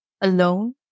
alone